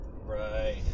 Right